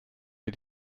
wir